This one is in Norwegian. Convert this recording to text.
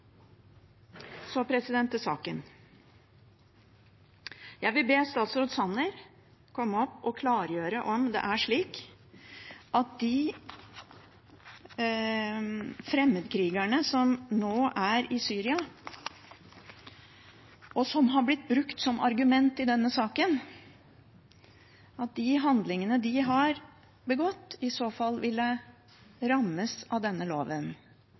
Så til saken: Jeg vil be statsråd Sanner komme opp og klargjøre om det er slik når det gjelder fremmedkrigerne som nå er i Syria, og som har blitt brukt som argument i denne saken, at de handlingene de har begått, i så fall ville rammes av denne loven.